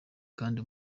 kandi